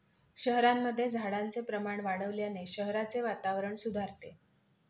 शहरांमध्ये झाडांचे प्रमाण वाढवल्याने शहराचे वातावरण सुधारते